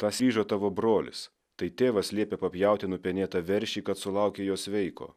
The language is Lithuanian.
tas tavo brolis tai tėvas liepė papjauti nupenėtą veršį kad sulaukę jo sveiko